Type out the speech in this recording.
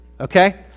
Okay